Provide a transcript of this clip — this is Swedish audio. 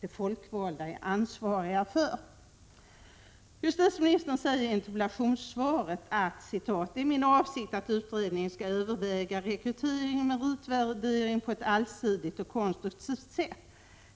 de folkvalda är ansvariga för. Justitieministern säger i interpellationssvaret att ”det är dock min avsikt att utredningen skall överväga ——— rekrytering och meritvärdering på ett allsidigt och konstruktivt sätt.